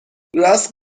راست